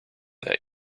that